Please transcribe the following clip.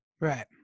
Right